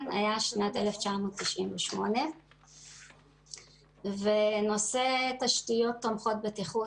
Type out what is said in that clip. היה בשנת 1988. נושא תשתיות תומכות בטיחות